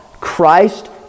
Christ